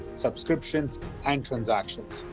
subscriptions and transactions.